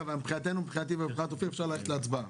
מבחינתי ומבחינת אופיר אפשר ללכת להצבעה.